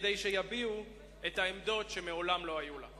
כדי שיביעו את העמדות שמעולם לא היו לה.